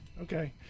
Okay